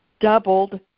doubled